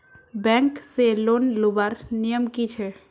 Bank से loan लुबार नियम की छे?